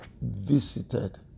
visited